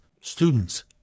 Students